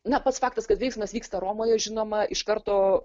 na pats faktas kad veiksmas vyksta romoje žinoma iš karto